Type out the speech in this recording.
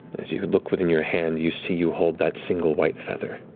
as you look within your hand, you see you hold that single white feather,